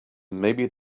maybe